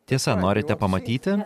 tiesa norite pamatyti